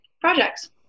projects